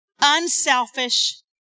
unselfish